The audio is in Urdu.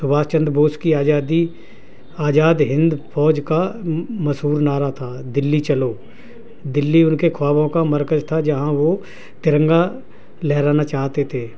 سبھاش چندر بوس کی آزادی آازاد ہند فوج کا مشہورنعرہ نارا تھا دلی چلو دلی ان کے خوابوں کا مرکز تھا جہاں وہ ترنگا لہرانا چاہتے تھے